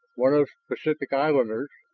one of pacific islanders,